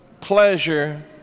pleasure